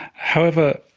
however,